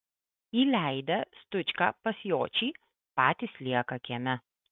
įleidę stučką pas jočį patys lieka kieme